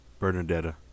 Bernadetta